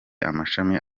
amashami